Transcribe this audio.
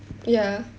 ya